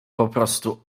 poprostu